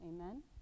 Amen